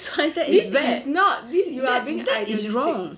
is bad that is that is wrong